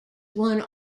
won